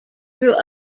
through